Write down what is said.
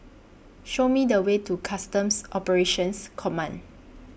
Show Me The Way to Customs Operations Command